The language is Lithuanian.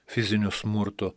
fiziniu smurtu